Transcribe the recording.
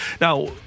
now